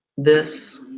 this